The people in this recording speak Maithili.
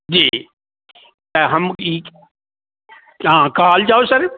जी हम ई हँ कहल जाउ सर